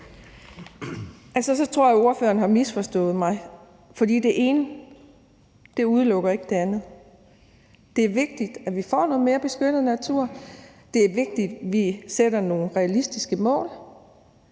(M): Så tror jeg, at ordføreren har misforstået mig, for det ene udelukker ikke det andet. Det er vigtigt, at vi får noget mere beskyttet natur. Det er vigtigt, at vi sætter nogle realistiske mål.